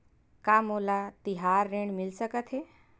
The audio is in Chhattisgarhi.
का मोला तिहार ऋण मिल सकथे?